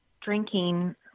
drinking